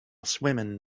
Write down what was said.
swimming